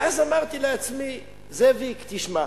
ואז אמרתי לעצמי: זאביק, תשמע,